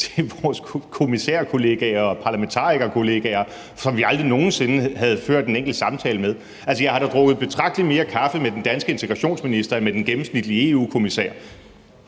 til vores kommissærkollegaer og parlamentarikerkollegaer, som vi aldrig nogen sinde havde ført en eneste samtale med. Altså, jeg har drukket betragtelig mere kaffe med den danske integrationsminister end med den gennemsnitlige EU-kommissær.